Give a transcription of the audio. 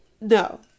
No